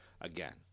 again